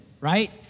right